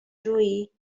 جویی